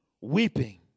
weeping